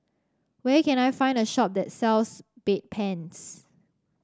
where can I find a shop that sells Bedpans